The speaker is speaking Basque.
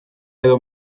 edo